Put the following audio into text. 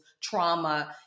trauma